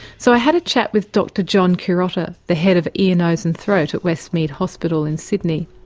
so i had a chat with dr john curotta, the head of ear, nose and throat at westmead hospital in sydney,